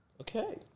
Okay